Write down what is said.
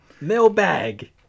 Mailbag